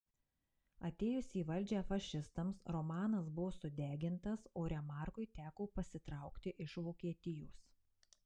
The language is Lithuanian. atėjus į valdžią fašistams romanas buvo sudegintas o remarkui teko pasitraukti iš vokietijos